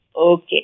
Okay